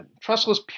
trustless